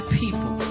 people